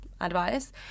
advice